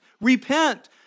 repent